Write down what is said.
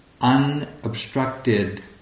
unobstructed